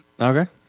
Okay